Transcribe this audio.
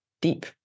deep